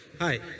Hi